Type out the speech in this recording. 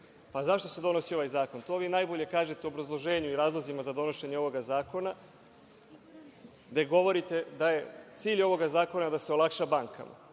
zašto se donosi ovaj zakon? To vi najbolje u obrazloženju i razlozima za donošenje ovoga zakona, gde govorite da je cilj ovoga zakona da se olakša bankama.